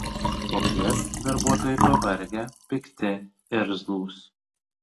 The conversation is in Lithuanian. popiet darbuotojai pavargę pikti irzlūs